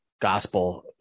gospel